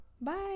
Bye